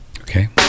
okay